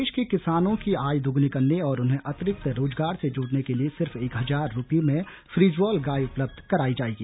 प्रदेश के किसानों की आय दोगुनी करने और उन्हें अतिरिक्त रोजगार से जोड़ने के लिए सिर्फ एक हजार रूपये में फ्रीजवाल गाय उपलब्ध कराई जाएगी